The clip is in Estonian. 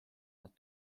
nad